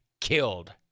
killed